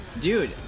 Dude